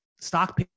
stock